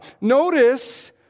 Notice